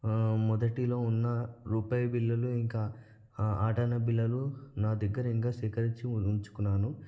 మొదటిలో ఉన్న రూపాయి బిళ్ళలు ఇంకా ఆటాణా బిల్లలు నా దగ్గర ఇంకా సేకరించి ఉంచుకున్నాను